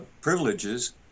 privileges